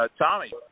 Tommy